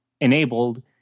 enabled